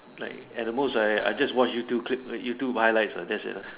like at the most I I just watch YouTube clips YouTube via live that's it ah